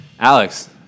Alex